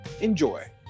Enjoy